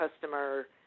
customer